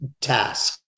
task